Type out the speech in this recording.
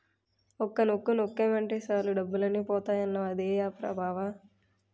ఒక్క నొక్కు నొక్కేమటే సాలు డబ్బులన్నీ పోతాయన్నావ్ అదే ఆప్ రా బావా?